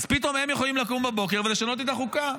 אז פתאום הם יכולים לקום בבוקר ולשנות את החוקה.